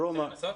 בסדר.